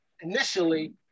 initially